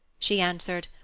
she answered,